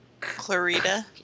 Clarita